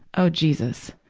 oh, jesus.